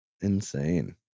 insane